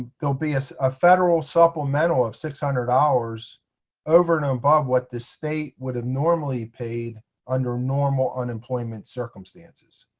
there'll be a so ah federal supplemental of six hundred hours over and above what the state would have normally paid under normal unemployment circumstances.